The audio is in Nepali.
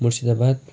मुर्सिदाबाद